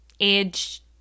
age